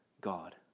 God